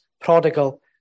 prodigal